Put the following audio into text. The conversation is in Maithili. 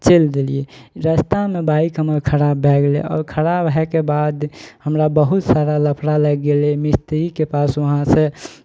चलि देलियै रस्तामे बाइक हमर खराब भए गेलै आओर खराब होयके बाद हमरा बहुत सारा लफड़ा लागि गेलै मिस्त्रीके पास वहाँसँ